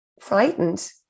frightened